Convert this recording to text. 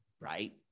right